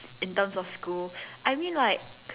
in terms of school I mean like